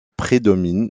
prédomine